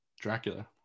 dracula